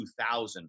2000